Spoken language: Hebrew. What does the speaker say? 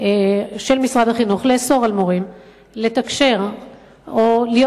של משרד החינוך על מורים לתקשר או להיות